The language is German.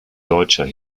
deutscher